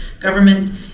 government